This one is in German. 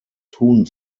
tun